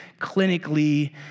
clinically